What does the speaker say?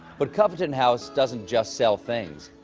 but coveton house doesn't just sell things.